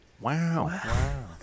Wow